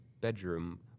bedroom